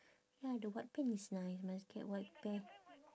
ya the white pant is nice must get white pa~